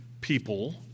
people